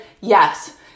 yes